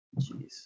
Jeez